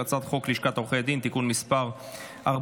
הצעת חוק לשכת עורכי הדין (תיקון מס' 42),